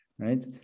Right